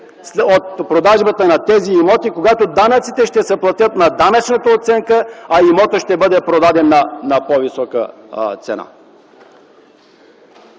от продажбата на тези имоти, когато данъците ще се платят на данъчната оценка, а имотът ще бъде продаден на по-висока цена?!